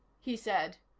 he said.